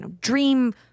dream